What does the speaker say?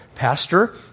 Pastor